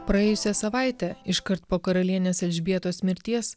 praėjusią savaitę iškart po karalienės elžbietos mirties